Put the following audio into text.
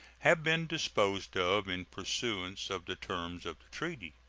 have been disposed of in pursuance of the terms of the treaty.